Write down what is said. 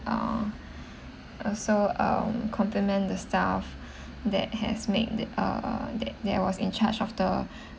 uh also um compliment the staff that has made the uh that that was in charge of the